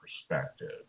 perspective